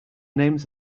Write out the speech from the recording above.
names